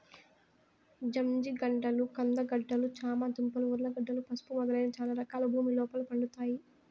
జంజిగడ్డలు, కంద గడ్డలు, చామ దుంపలు, ఉర్లగడ్డలు, పసుపు మొదలైన చానా రకాలు భూమి లోపల పండుతాయి